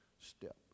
step